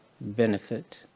benefit